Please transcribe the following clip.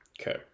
Okay